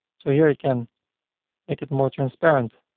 so here i can make it more transparent.